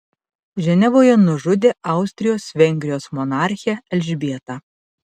ženevoje nužudė austrijos vengrijos monarchę elžbietą